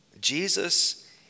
Jesus